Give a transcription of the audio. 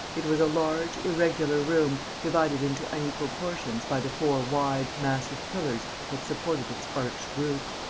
it was a large, irregular room, divided into unequal portions by the four wide, massive pillars that supported its arched roof.